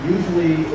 Usually